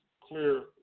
clear